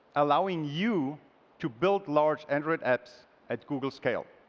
allowing you to build large android apps at google scale.